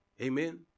Amen